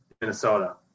Minnesota